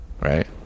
right